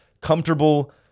comfortable